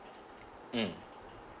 mm